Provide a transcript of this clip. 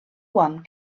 one